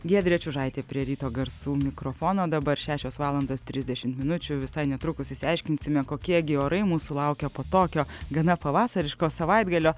giedrė čiužaitė prie ryto garsų mikrofono dabar šešios valandos trisdešimt minučių visai netrukus išsiaiškinsime kokie gi orai mūsų laukia po tokio gana pavasariško savaitgalio